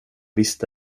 visste